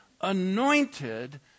anointed